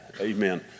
amen